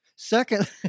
Second